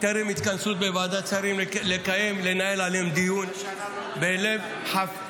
לפני ההתכנסות בוועדת שרים לנהל עליהן דיון בלב שלם.